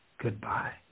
Goodbye